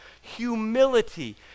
Humility